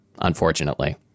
unfortunately